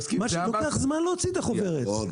לוקח זמן להוציא את החוברת.